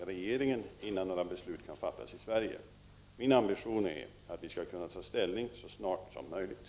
Om regeringen förelägger riksdagen ett sådant förslag, bör det ha stora möjligheter att få majoritet.